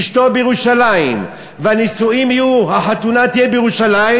אשתו בירושלים והחתונה תהיה בירושלים,